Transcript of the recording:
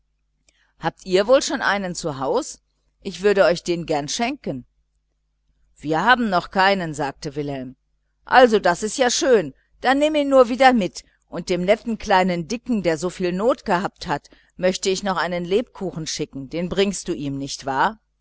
habt ihr wohl schon einen zu haus ich würde euch den gern schenken wir haben noch keinen sagte wilhelm also das ist ja schön dann nimm ihn nur wieder mit und dem netten kleinen dicken der so viel not gehabt hat möchte ich noch einen lebkuchen schicken den bringst du ihm nicht wahr